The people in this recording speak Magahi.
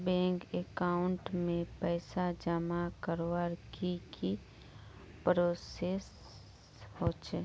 बैंक अकाउंट में पैसा जमा करवार की की प्रोसेस होचे?